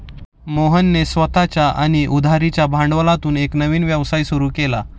मोहनने स्वतःच्या आणि उधारीच्या भांडवलातून एक नवीन व्यवसाय सुरू केला